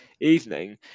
evening